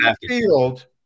field